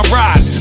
ride